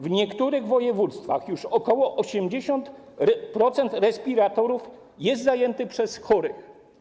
W niektórych województwach już ok. 80% respiratorów jest zajętych przez chorych.